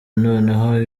noneho